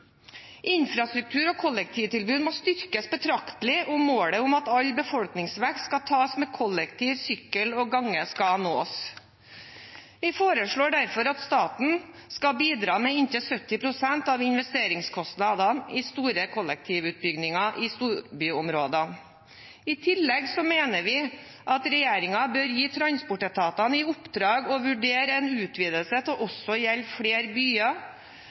Infrastruktur og kollektivtilbud må styrkes betraktelig om målet om at all befolkningsvekst skal tas med kollektiv, sykkel og gange, skal nås. Vi foreslår derfor at staten skal bidra med inntil 70 pst. av investeringskostnadene i store kollektivutbygginger i storbyområdene. I tillegg mener vi at regjeringen bør gi transportetatene i oppdrag å vurdere en utvidelse til også å gjelde flere byer,